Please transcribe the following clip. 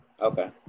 Okay